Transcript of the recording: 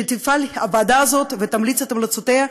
שתפעל הוועדה הזאת ותמליץ את המלצותיה,